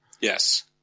Yes